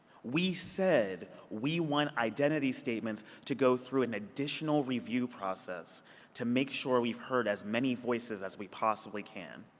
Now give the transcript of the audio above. we said we want identity statements to go through an additional review process to make sure we've heard as many voices as we possibly can.